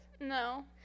no